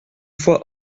fois